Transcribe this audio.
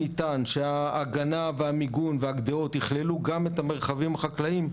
שההגנה והמיגון והגדרות יכללו גם את המרחבים החקלאיים,